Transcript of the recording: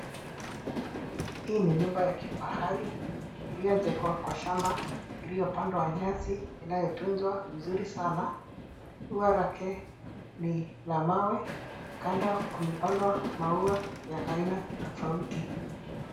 Hii ni nyumba ya kifahari iliyojengwa kwa shamba iliyopandwa nyasi inayotunzwa vizuri sana. Ua lake ni la mawe. Kando kumepandwa maua ya aina tofauti.